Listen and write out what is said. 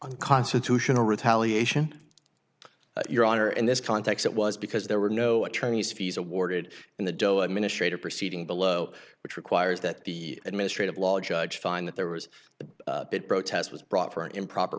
unconstitutional retaliation your honor in this context it was because there were no attorney's fees awarded in the dough administrate are proceeding below which requires that the administrative law judge find that there was the protest was brought for an improper